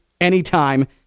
anytime